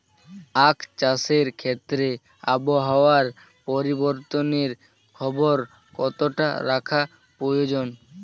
আখ চাষের ক্ষেত্রে আবহাওয়ার পরিবর্তনের খবর কতটা রাখা প্রয়োজন?